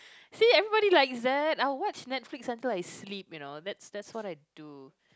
see everybody likes that I watch Netflix until I sleep you know that's that's what I do